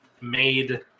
made